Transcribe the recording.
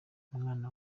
umwana